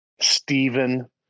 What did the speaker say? Stephen